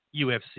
ufc